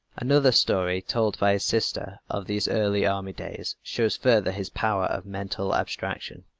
another story told by his sister, of these early army days, shows further his power of mental abstraction.